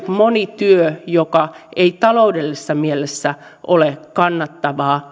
moni työ joka ei taloudellisessa mielessä ole kannattavaa